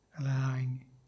allowing